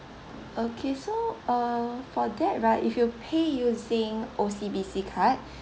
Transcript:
okay so uh for that right if you pay using O_C_B_C card